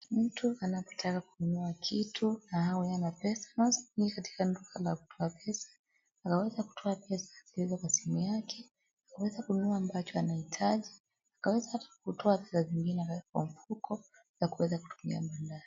Mtu anapotaka kununua kitu awe hana pesa hii ni katika duka la kutoa pesa. Akaweza kutoa pesa zilizo kwa simu yake, akaweza kununua ambacho anahitaji, akaweza hata kutoa pesa zingine aweke kwa mfuko na kuweza kutumia baadaye.